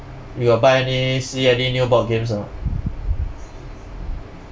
you got buy any see any new board games or not